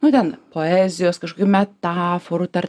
nu ten poezijos kažkokių metaforų tar